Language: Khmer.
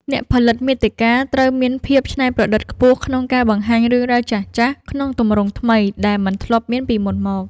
អ្នកផលិតមាតិកាត្រូវមានភាពច្នៃប្រឌិតខ្ពស់ក្នុងការបង្ហាញរឿងរ៉ាវចាស់ៗ ក្នុងទម្រង់ថ្មីដែលមិនធ្លាប់មានពីមុនមក។